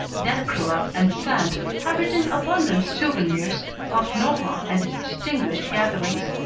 delacroix and sand have written abundant souvenirs of nohant and its distinguished gatherings,